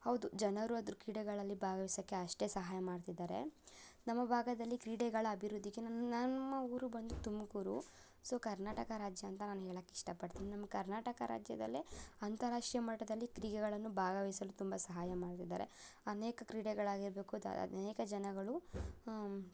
ಹೌದು ಜನರು ಅದ್ರ ಕ್ರೀಡೆಗಳಲ್ಲಿ ಭಾಗವಹಿಸಕ್ಕೆ ಅಷ್ಟೇ ಸಹಾಯ ಮಾಡ್ತಿದ್ದಾರೆ ನಮ್ಮ ಭಾಗದಲ್ಲಿ ಕ್ರೀಡೆಗಳ ಅಭಿವೃದ್ಧಿಗೆ ನನ್ನ ನಮ್ಮ ಊರು ಬಂದು ತುಮಕೂರು ಸೊ ಕರ್ನಾಟಕ ರಾಜ್ಯ ಅಂತ ನಾನು ಹೇಳಕ್ಕೆ ಇಷ್ಟಪಡ್ತೀನಿ ನಮ್ಮ ಕರ್ನಾಟಕ ರಾಜ್ಯದಲ್ಲೇ ಅಂತಾರಾಷ್ಟ್ರೀಯ ಮಟ್ಟದಲ್ಲಿ ಕ್ರೀಡೆಗಳನ್ನು ಭಾಗವಹಿಸಲು ತುಂಬ ಸಹಾಯ ಮಾಡಿದ್ದಾರೆ ಅನೇಕ ಕ್ರೀಡೆಗಳಾಗಿರಬೇಕು ದ ಅನೇಕ ಜನಗಳು